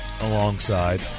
alongside